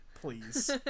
please